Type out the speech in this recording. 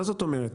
מה זאת אומרת?